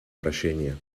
прощения